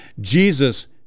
Jesus